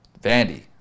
Vandy